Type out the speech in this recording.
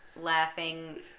laughing